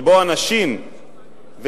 שבו אנשים וילדים,